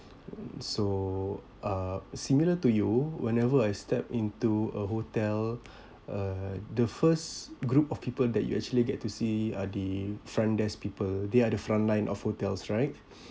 so uh similar to you whenever I step into a hotel uh the first group of people that you actually get to see are the front desk people they are the front line of hotels right